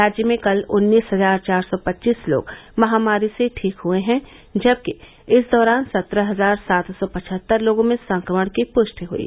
राज्य में कल उन्नीस हजार चार सौ पच्चीस लोग महामारी से ठीक हुए हैं जबकि इस दौरान सत्रह हजार सात सौ पचहत्तर लोगों में संक्रमण की पुष्टि हुयी